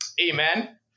Amen